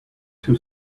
two